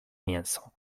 mięso